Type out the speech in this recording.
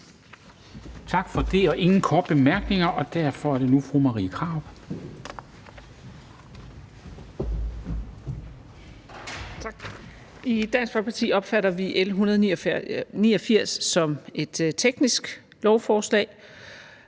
Tak for det. Der er ingen korte bemærkninger, og derfor er det nu fru Marie Krarup.